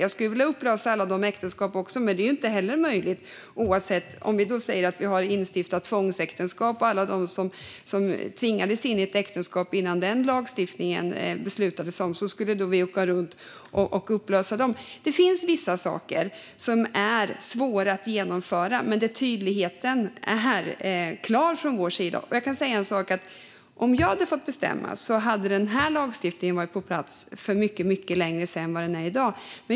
Jag skulle vilja upplösa alla de äktenskapen också, men det skulle ju inte heller vara möjligt att åka runt och upplösa alla äktenskap som människor tvingats in i innan vi beslutade om den lagstiftningen. Det finns vissa saker som är svåra att genomföra men där tydligheten är klar från vår sida. Jag kan säga en sak: Om jag hade fått bestämma hade den här lagstiftningen varit på plats för länge sedan.